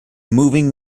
moving